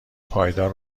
پایدار